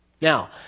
Now